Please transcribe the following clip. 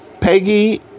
Peggy